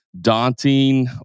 daunting